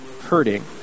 hurting